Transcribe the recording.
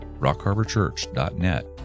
rockharborchurch.net